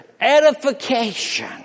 edification